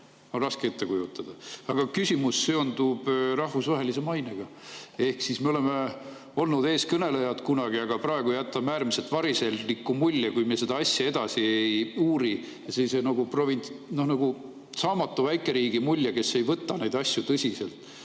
on raske ette kujutada. Aga küsimus seondub rahvusvahelise mainega. Me olime kunagi eestkõnelejad, aga praegu jätame äärmiselt variserliku mulje, kui me seda asja edasi ei uuri, me jätame saamatu väikeriigi mulje, kes ei võta neid asju tõsiselt.